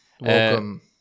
welcome